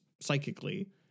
psychically